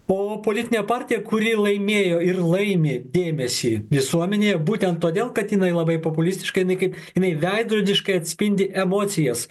o politinė partija kuri laimėjo ir laimi dėmesį visuomenėje būtent todėl kad jinai labai populistiška jinai kai jinai veidrodiškai atspindi emocijas